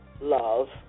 love